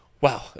wow